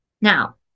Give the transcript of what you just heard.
Now